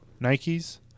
Nikes